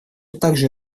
также